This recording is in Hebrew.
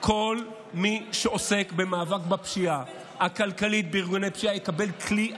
כל מי שעוסק במאבק בפשיעה הכלכלית בארגוני פשיעה יקבל כלי אדיר.